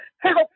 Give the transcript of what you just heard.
Help